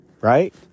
right